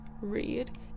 read